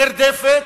נרדפת,